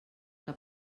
que